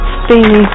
steamy